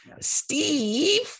Steve